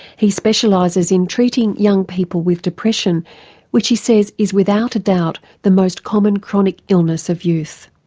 he specialises in treating young people with depression which he says is without a doubt the most common chronic illness of youth.